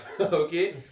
Okay